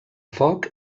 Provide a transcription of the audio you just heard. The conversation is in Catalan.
foc